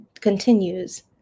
continues